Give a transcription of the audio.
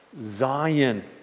Zion